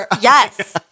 Yes